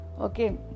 Okay